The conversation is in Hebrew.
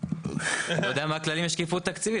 להגדיר את המנהל כבעל תפקיד קבוע,